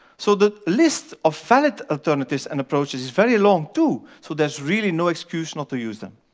so the list of valid alternatives and approaches is very long too. so there's really no excuse not to use them.